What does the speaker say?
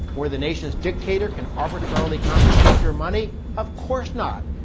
where the nation's dictator can arbitrarily confiscate your money? of course not!